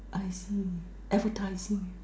I see advertising